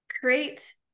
create